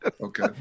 Okay